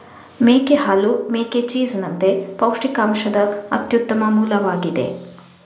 ಮೇಕೆ ಹಾಲು ಮೇಕೆ ಚೀಸ್ ನಂತೆ ಪೌಷ್ಟಿಕಾಂಶದ ಅತ್ಯುತ್ತಮ ಮೂಲವಾಗಿದೆ